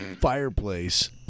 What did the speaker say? fireplace